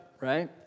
right